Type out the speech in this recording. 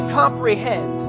comprehend